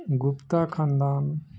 Gupta خھاندان